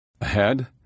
Ahead